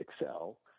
excel